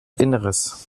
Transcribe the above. inneres